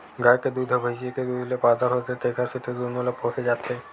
गाय के दूद ह भइसी के दूद ले पातर होथे तेखर सेती दूनो ल पोसे जाथे